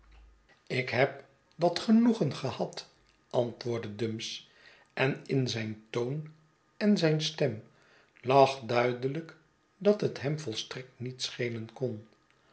ik heb dat genoegen gehad antwoordde dumps en in zyn toon en zyn stem lagduidelijk dat het hem volstrekt niet schelen kon